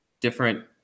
different